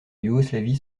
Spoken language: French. yougoslavie